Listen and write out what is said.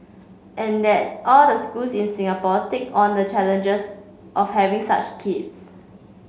and that all the schools in Singapore take on the challenges of having such kids